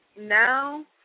now